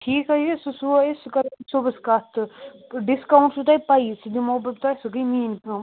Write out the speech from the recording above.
ٹھیٖک حظ چھُ سُہ سُوُو أسۍ سُہ کَرو أسۍ صُبحس کَتھ تہٕ ڈِسکاوُنٛٹ چھُو تۄہہِ پیی سُہ دِمہو بہٕ تۄہہِ سۄ گٔے میٛٲنۍ کٲم